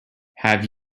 have